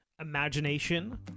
Imagination